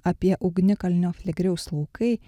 apie ugnikalnio flegrėjaus laukai